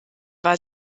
war